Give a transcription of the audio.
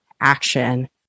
action